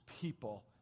people